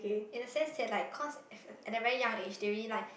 in a sense they like cause at fir~ at a very young age they already like